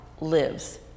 lives